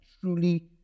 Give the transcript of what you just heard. truly